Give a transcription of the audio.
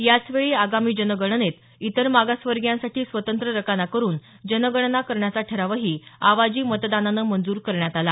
याचवेळी आगामी जनगणनेत इतर मागासवर्गीयांसाठी स्वतंत्र रकाना करून जनगणना करण्याचा ठरावही आवाजी मतदानाने मंजूर करण्यात आला